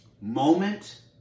Moment